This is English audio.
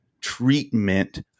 treatment